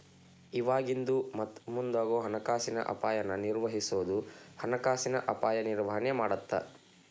ಇವಾಗಿಂದು ಮತ್ತ ಮುಂದಾಗೋ ಹಣಕಾಸಿನ ಅಪಾಯನ ನಿರ್ವಹಿಸೋದು ಹಣಕಾಸಿನ ಅಪಾಯ ನಿರ್ವಹಣೆ ಮಾಡತ್ತ